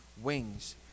wings